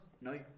No